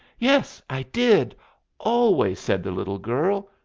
yes, i did always, said the little girl,